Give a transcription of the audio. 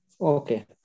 Okay